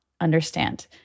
understand